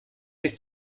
sich